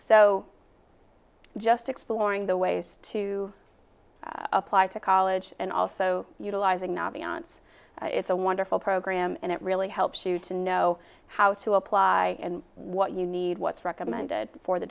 so just exploring the ways to apply to college and also utilizing now beyond us it's a wonderful program and it really helps you to know how to apply what you need what's recommended for the